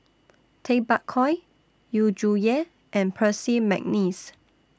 Tay Bak Koi Yu Zhuye and Percy Mcneice